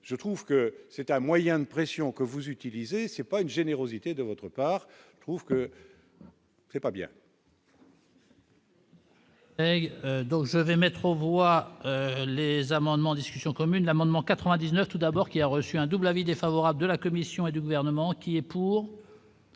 je trouve que c'est un moyen de pression que vous utilisez, c'est pas une générosité de votre part, trouve que. C'est pas bien. Donc, je vais mettre aux voix les amendements, discussions communes l'amendement 99 tout d'abord, qui a reçu un double avis défavorable de la Commission et du gouvernement qui est pour.